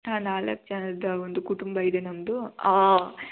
ಹಾಂ ನಾಲ್ಕು ಜನದ್ದು ಒಂದು ಕುಟುಂಬ ಇದೆ ನಮ್ಮದು